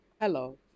Hello